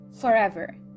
forever